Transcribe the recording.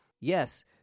Yes